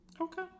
Okay